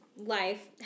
life